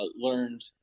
learned